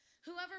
whoever